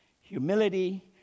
humility